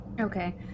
Okay